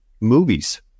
movies